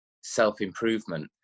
self-improvement